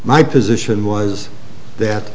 my position was that